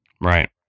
Right